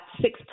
six